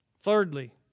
Thirdly